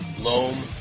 loam